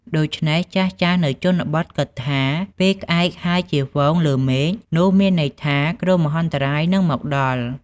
ដូច្នេះ ចាស់ៗនៅជនបទគិតថា ពេលក្អែកហើរជាហ្វូងលើមេឃ នោះមានន័យថាគ្រោះមហន្តរាយនឹងមកដល់។